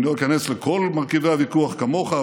אני לא איכנס לכל מרכיבי הוויכוח, כמוך.